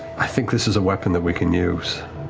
i think this is a weapon that we can use.